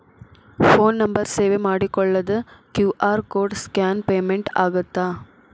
Phone number save ಮಾಡಿಕೊಳ್ಳದ QR code scan payment ಆಗತ್ತಾ?